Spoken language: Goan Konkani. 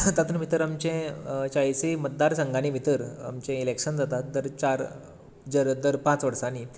आसा तातूंत भितर आमचे चाळीसूय मतदार संघांनी भितर आमचें इलेक्शन जाता दर चार दर पांच वर्सांनी